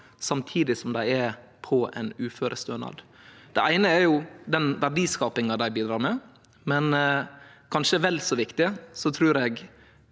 samtidig som dei er på ein uførestønad. Det eine er jo den verdiskapinga dei bidreg med, men kanskje vel så viktig trur eg